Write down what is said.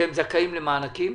שהם זכאים למענקים.